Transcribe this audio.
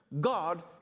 God